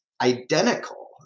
identical